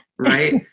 right